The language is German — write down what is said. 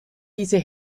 diese